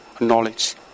knowledge